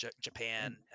Japan